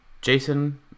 Jason